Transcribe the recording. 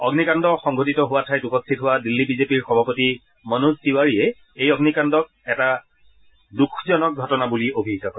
অগ্নিকাণ্ড সংঘটিত হোৱা ঠাইত উপস্থিত হোৱা দিল্লী বিজেপিৰ সভাপতি মনোজ তিৱাৰীয়ে এই অগ্নিকাণ্ডক এটা দোষজনক ঘটনা বুলি অভিহিত কৰে